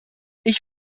ich